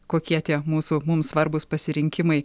kokie tie mūsų mums svarbūs pasirinkimai